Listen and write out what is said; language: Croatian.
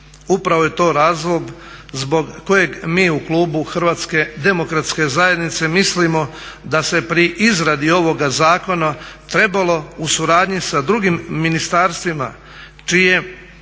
Upravo je to razlog zbog kojeg mi u klubu HDZ-a mislimo da se pri izradi ovoga zakona trebalo u suradnji sa drugim ministarstvima čije